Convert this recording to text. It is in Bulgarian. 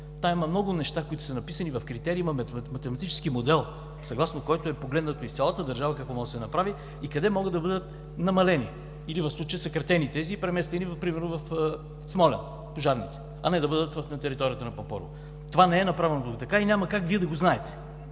има много неща, които са написани в критериите, има математически модел, съгласно който е погледнато какво може да се направи в цялата държава и къде могат да бъдат намалени или в случая съкратени и преместени примерно в Смолян – пожарните, а не да бъдат на територията на Пампорово. Това не е направено току-така и няма как Вие да го знаете,